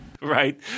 right